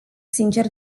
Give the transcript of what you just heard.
sincer